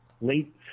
late